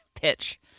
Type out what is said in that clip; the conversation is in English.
pitch